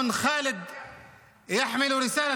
חבר הכנסת